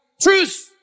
Truce